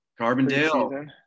Carbondale